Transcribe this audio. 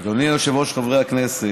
אדוני היושב-ראש, חברי הכנסת,